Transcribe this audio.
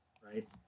right